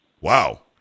Wow